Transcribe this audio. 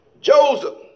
Joseph